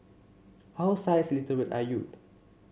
how science literate are you